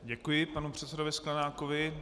Děkuji panu předsedovi Sklenákovi.